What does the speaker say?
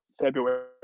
February